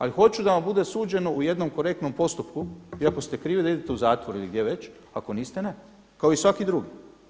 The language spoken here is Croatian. Ali hoću da vam bude suđeno u jednom korektnom postupku i ako ste krivi da idete u zatvor ili gdje već, ako niste ne kao i svaki drugi.